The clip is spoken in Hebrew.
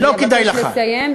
אבקש לסיים,